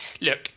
Look